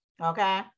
Okay